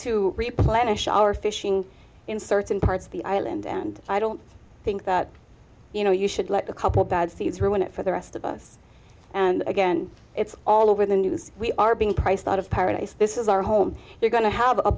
to replenish our fishing in certain parts of the island and i don't think that you know you should let a couple bad seeds ruin it for the rest of us and again it's all over the news we are being priced out of paradise this is our home you're going to have a